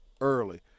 early